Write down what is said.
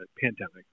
pandemic